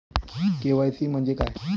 KYC म्हंजे काय?